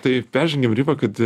tai peržengėm ribą kad